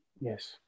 Yes